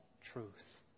truth